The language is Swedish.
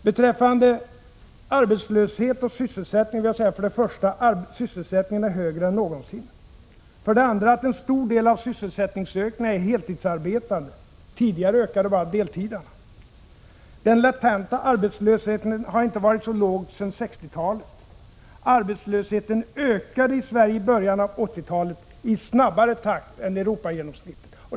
Beträffande arbetslöshet och sysselsättning vill jag för det första säga att sysselsättningen är högre än någonsin. För det andra avser en stor del av sysselsättningsökningen heltidsarbetande. Tidigare ökade bara antalet deltidsarbetande. Den latenta arbetslösheten har inte varit så låg sedan 1960-talet. Arbetslösheten ökade i Sverige i början av 1980-talet i snabbare takt än när det gäller Europagenomsnittet.